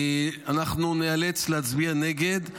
אנחנו ניאלץ להצביע נגד,